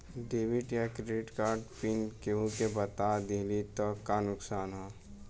Debit या credit card pin केहूके बता दिहला से का नुकसान ह?